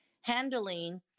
Handling